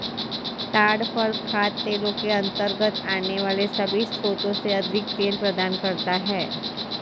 ताड़ फल खाद्य तेलों के अंतर्गत आने वाले सभी स्रोतों से अधिक तेल प्रदान करता है